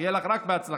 שיהיה לך רק בהצלחה.